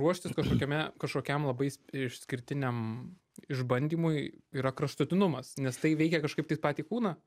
ruoštis kažkokiame kažkokiam labai išskirtiniam išbandymui yra kraštutinumas nes tai veikia kažkaip tai patį kūną